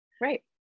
right